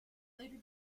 later